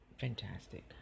Fantastic